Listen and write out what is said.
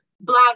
Black